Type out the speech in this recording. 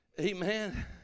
Amen